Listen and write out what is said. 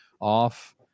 off